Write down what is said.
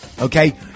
okay